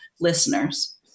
listeners